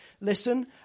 listen